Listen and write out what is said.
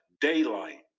Daylight